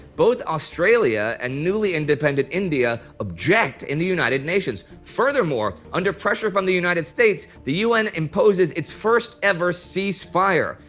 both australia and newly independent india object in the united nations. furthermore, under pressure from the united states, the un imposes its first-ever ceasefire,